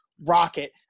rocket